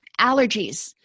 Allergies